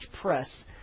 press